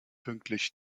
pünktlich